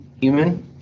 human